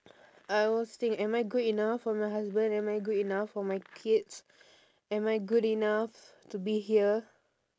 I always think am I good enough for my husband am I good enough for my kids am I good enough to be here